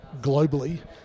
globally